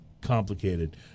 complicated